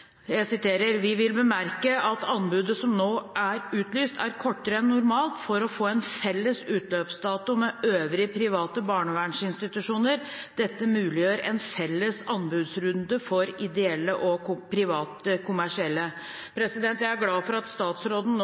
vi «vil bemerke at anbudet som nå er utlyst er kortere enn normalt for å få felles utløpsdato med øvrige private barnevernsinstitusjoner. Dette muliggjør en felles anbudsrunde for ideelle og private kommersielle.». Jeg er glad for at statsråden nå